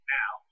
now